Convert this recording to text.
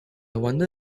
wonder